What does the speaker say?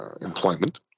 employment